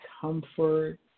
comfort